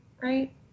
right